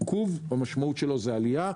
עיכוב, משמעותו עלייה.